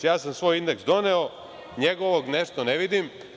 Ja sam svoj indeks doneo, njegovog nešto ne vidim.